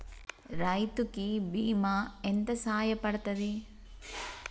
రైతు కి బీమా ఎంత సాయపడ్తది?